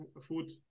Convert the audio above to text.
food